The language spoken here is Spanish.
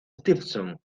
stevenson